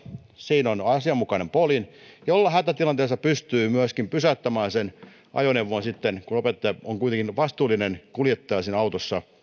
siinä on asianmukainen poljin jolla hätätilanteessa pystyy myöskin pysäyttämään sen ajoneuvon sitten kun opettaja on kuitenkin vastuullinen kuljettaja siinä autossa